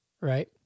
right